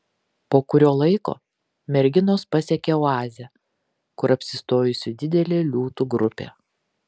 po kurio laiko merginos pasiekia oazę kur apsistojusi didelė liūtų grupė